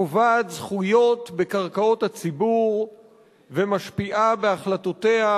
קובעת זכויות בקרקעות הציבור ומשפיעה בהחלטותיה